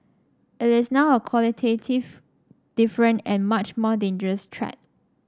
it is now a qualitative different and much more dangerous threat